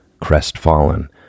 crestfallen